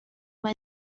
when